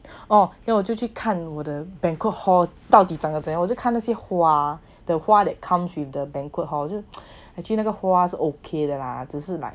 oh then 我就去看我的 banquet hall 到底长的怎样我就看那些花 the 花 that comes with the banquet oh 就 actually 那个花是 okay 的 lah 只是 like